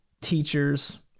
teachers